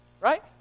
Right